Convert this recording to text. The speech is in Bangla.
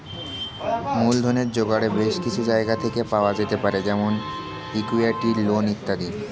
মূলধনের জোগান বেশ কিছু জায়গা থেকে পাওয়া যেতে পারে যেমন ইক্যুইটি, লোন ইত্যাদি